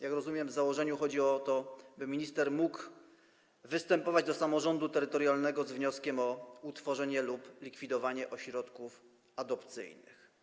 Jak rozumiem, w założeniu chodzi o to, by minister mógł występować do samorządu terytorialnego z wnioskiem o utworzenie lub likwidowanie ośrodków adopcyjnych.